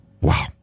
Wow